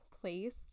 place